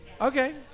Okay